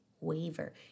waiver